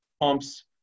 pumps